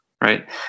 right